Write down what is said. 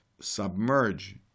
submerge